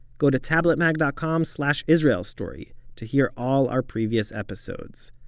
go to tabletmag dot com slash israel story to hear all our previous episodes.